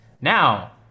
Now